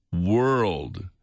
world